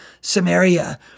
Samaria